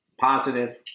positive